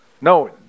No